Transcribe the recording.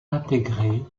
intégré